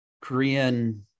korean